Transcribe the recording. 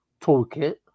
toolkit